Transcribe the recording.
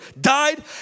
died